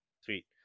Sweet